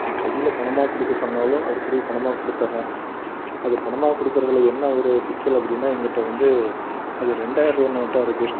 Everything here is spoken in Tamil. நீ கையில் பணமாக கொடுக்க சொன்னாலும் அதுபடி பணமாக கொடுத்துர்றேன் அது பணமாக கொடுக்குறதுல என்ன ஒரு சிக்கல் அப்படினா என்கிட்ட வந்து அது ரெண்டாயர ரூபா நோட்டாக இருக்குது